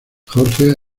georgia